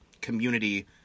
community